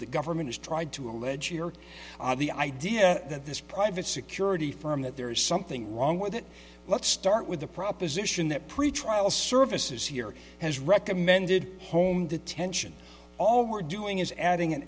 the government has tried to allege here the idea that this private security firm that there is something wrong with that let's start with the proposition that pretrial services here has recommended home detention all we're doing is adding an